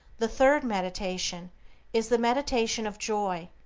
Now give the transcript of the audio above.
the third meditation is the meditation of joy,